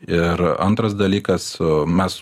ir antras dalykas mes